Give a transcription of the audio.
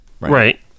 Right